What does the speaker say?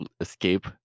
escape